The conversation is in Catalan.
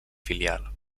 filial